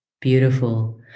Beautiful